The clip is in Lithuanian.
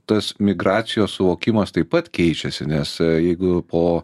tas migracijos suvokimas taip pat keičiasi nes jeigu po